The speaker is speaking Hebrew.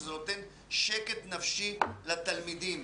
שזה נותן שקט נפשי לתלמידים.